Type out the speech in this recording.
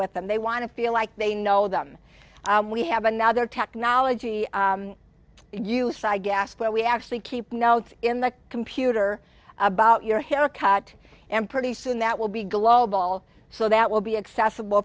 with and they want to feel like they know them we have another technology i use i gasp where we actually keep notes in the computer about your haircut and pretty soon that will be global so that will be accessible